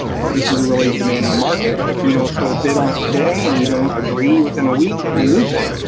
this is a really demanding market. if we don't put a bid on it today and we don't agree within a week, we'll lose it.